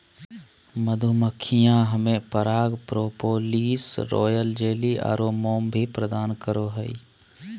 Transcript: मधुमक्खियां हमें पराग, प्रोपोलिस, रॉयल जेली आरो मोम भी प्रदान करो हइ